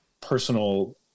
personal